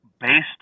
based